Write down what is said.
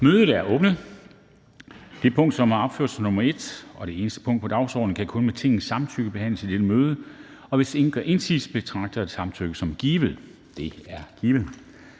Kristensen): Det punkt, som er opført som nr. 1 og er det eneste punkt på dagsordenen, kan kun med Tingets samtykke behandles i dette møde. Hvis ingen gør indsigelse, betragter jeg samtykket som givet. Det er givet.